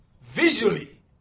visually